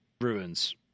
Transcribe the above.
ruins